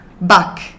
back